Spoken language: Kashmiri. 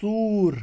ژوٗر